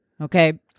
Okay